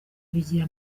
bigira